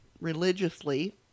religiously